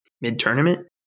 mid-tournament